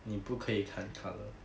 你不可以看 colour